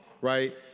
right